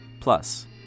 Plus